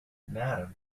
madam